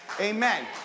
Amen